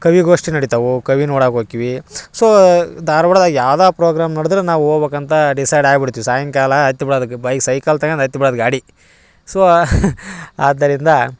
ಕವಿಗೋಷ್ಠಿ ನಡಿತವು ಕವಿ ನೋಡಕ್ಕೆ ಹೋಕ್ಕಿವಿ ಸೋ ಧಾರ್ವಾಡ್ದಾಗ ಯಾವ್ದು ಪ್ರೋಗ್ರಾಮ್ ನಡ್ದ್ರು ನಾವು ಹೋಗ್ಬೇಕು ಅಂತಾ ಡಿಸೈಡ್ ಆಗ್ಬಿಡ್ತೀವಿ ಸಾಯಂಕಾಲ ಹತ್ತು ಬಿಡೋದು ಬೈಸೈಕಲ್ ತಗೊಂಡ್ ಹತ್ತ್ ಬಿಡೋದು ಗಾಡಿ ಸೋ ಆದ್ದರಿಂದ